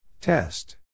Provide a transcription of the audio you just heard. Test